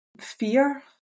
fear